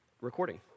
recording